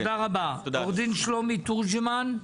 עו"ד שלומי תורג'מן.